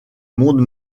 monde